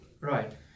Right